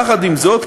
יחד עם זאת,